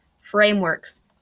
frameworks